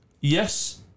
yes